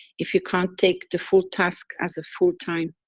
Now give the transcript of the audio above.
if you can't take the full task as a full time.